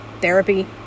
therapy